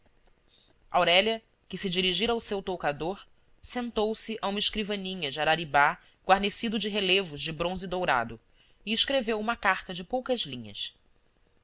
aurélia que se dirigira ao seu toucador sentou-se a uma escrivaninha de araribá guarnecido de relevos de bronze dourado e escreveu uma carta de poucas linhas